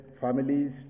families